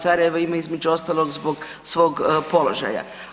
Sarajevo ima između ostalog zbog svog položaja.